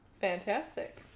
Fantastic